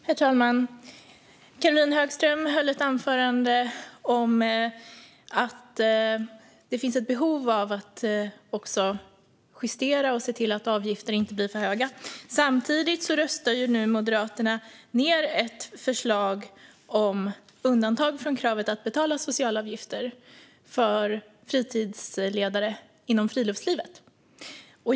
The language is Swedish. Herr talman! Caroline Högström höll ett anförande om att det finns ett behov av att justera avgifterna och se till att de inte blir för höga. Samtidigt röstar nu Moderaterna ned ett förslag om undantag från kravet att betala sociala avgifter för fritidsledare inom friluftslivet.